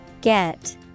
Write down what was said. get